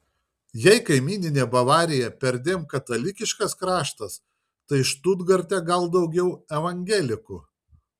jei kaimyninė bavarija perdėm katalikiškas kraštas tai štutgarte gal daugiau evangelikų